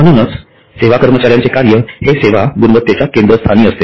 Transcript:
म्हणूनच सेवा कर्मचार्यांचे कार्य हे सेवा गुणवत्तेच्या केंद्रस्थानी असते